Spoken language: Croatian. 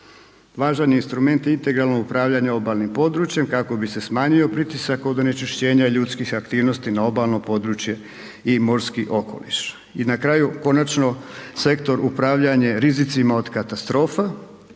Važan je instrument integralno upravljanje obalnim područjem kako bi se smanjio pritisak od onečišćenja ljudskih aktivnosti na obalno područje i morski okoliš. I na kraju, konačno, sektor „Upravljanje rizicima od katastrofa“,